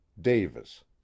Davis